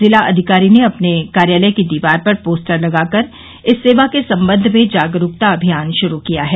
जिला अधिकारी ने अपने कार्यालय की दीवार पर पोस्टर लगाकर इस सेवा के संबंध में जागरूकता अभियान शुरू किया है